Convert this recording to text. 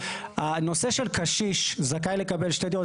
הנושא של קשיש זכאי לקבל שתי דירות,